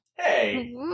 Hey